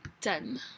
done